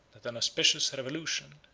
that an auspicious revolution,